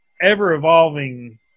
ever-evolving